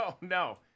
no